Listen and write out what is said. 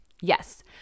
Yes